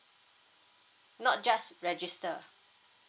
not just register